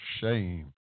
shame